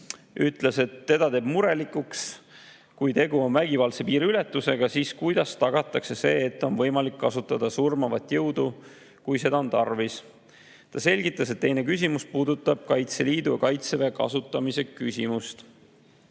ütles, et teda teeb murelikuks, kui tegu on vägivaldse piiriületusega, siis kuidas tagatakse see, et on võimalik kasutada surmavat jõudu, kui seda on tarvis. Ta selgitas, et tema küsimus puudutab Kaitseliidu ja Kaitseväe kasutamist.